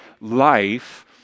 life